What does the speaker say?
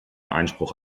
einspruch